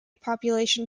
population